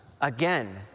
again